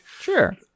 Sure